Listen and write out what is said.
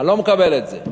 אני לא מקבל את זה.